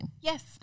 Yes